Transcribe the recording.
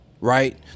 right